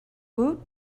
woot